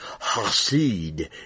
hasid